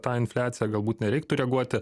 tą infliaciją galbūt nereiktų reaguoti